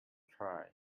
try